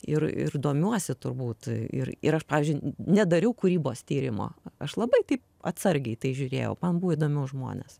ir ir domiuosi turbūt ir ir aš pavyzdžiui nedariau kūrybos tyrimo aš labai taip atsargiai į tai žiūrėjau man buvo įdomiau žmonės